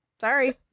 Sorry